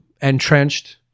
entrenched